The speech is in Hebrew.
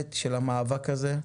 הגחלת של המאבק הזה,